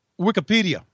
Wikipedia